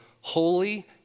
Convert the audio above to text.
holy